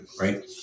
right